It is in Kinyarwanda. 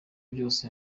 byose